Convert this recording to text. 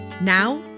Now